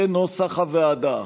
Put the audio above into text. כנוסח הוועדה.